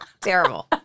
Terrible